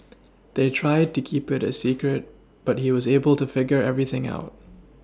they tried to keep it a secret but he was able to figure everything out